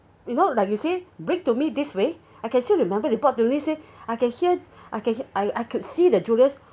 you know like you say bring it to me this way I can still remember they brought to me say I can hear I can I I can see the julius